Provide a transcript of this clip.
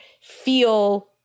feel